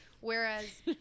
Whereas